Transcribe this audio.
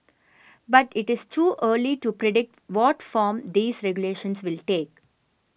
but it is too early to predict what form these regulations will take